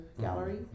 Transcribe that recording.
gallery